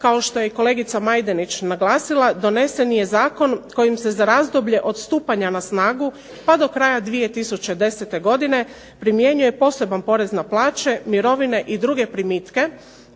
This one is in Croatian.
kao što je kolegica Majdenić naglasila donese je zakon kojim se za razdoblje odstupanja na snagu pa do kraja 2010. godine primimjenjuje posebni porez na plaće, mirovine i druge primitke,